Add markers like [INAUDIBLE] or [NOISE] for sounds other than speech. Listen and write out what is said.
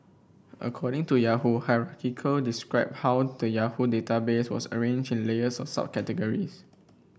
according to Yahoo [UNINTELLIGIBLE] described how the Yahoo databases was arranged in layers of subcategories